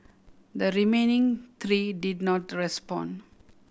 the remaining three did not respond